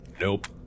Nope